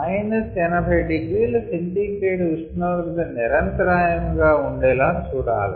80 ºC ఉష్ణోగ్రత నిరంతరాయము గా ఉండేలా చూడాలి